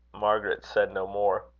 margaret said no more.